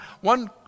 one